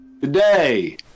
Today